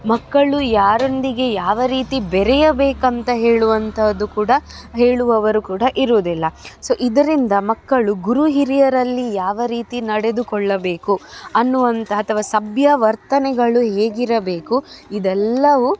ಮಕ್ಕಳು ಯಾರೊಂದಿಗೆ ಯಾವ ರೀತಿ ಬೇರೆಯಬೇಕಂತ ಹೇಳುವಂತಹದ್ದು ಕೂಡ ಹೇಳುವವರು ಕೂಡ ಇರುವುದಿಲ್ಲ ಸೊ ಇದರಿಂದ ಮಕ್ಕಳು ಗುರುಹಿರಿಯರಲ್ಲಿ ಯಾವ ರೀತಿ ನಡೆದುಕೊಳ್ಳಬೇಕು ಅನ್ನುವಂತ ಅಥವಾ ಸಭ್ಯ ವರ್ತನೆಗಳು ಹೇಗಿರಬೇಕು ಇದೆಲ್ಲವು